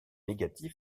négatif